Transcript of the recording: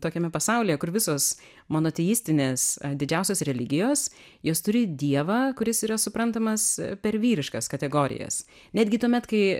tokiame pasaulyje kur visos monoteistinės didžiausios religijos jos turi dievą kuris yra suprantamas per vyriškas kategorijas netgi tuomet kai